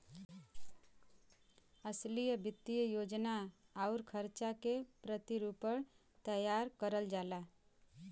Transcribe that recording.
असली वित्तीय योजना आउर खर्चा के प्रतिरूपण तैयार करल जाला